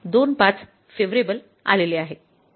२५ favourable आलेले आहे